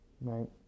Right